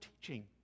teaching